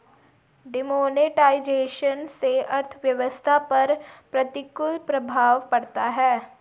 demonetisation से अर्थव्यवस्था पर प्रतिकूल प्रभाव पड़ता है